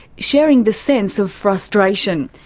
sharing the sense of frustration.